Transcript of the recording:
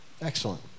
Excellent